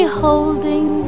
holding